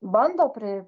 bando pri